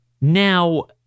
Now